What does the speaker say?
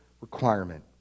requirement